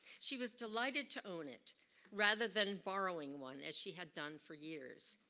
she was delighted to own it rather than borrowing one as she had done for years.